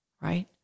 right